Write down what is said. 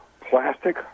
plastic